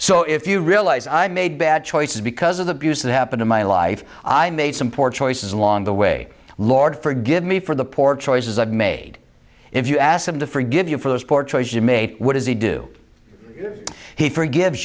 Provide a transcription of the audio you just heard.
so if you realize i made bad choices because of the views that happened in my life i made some poor choices along the way lord forgive me for the poor choices i've made if you ask them to forgive you for those poor choice you made what does he do he forgives